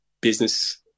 business